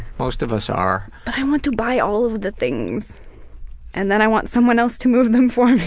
most of us are. but i want to buy all of the things and then i want someone else to move them for